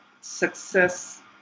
success